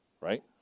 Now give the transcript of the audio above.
right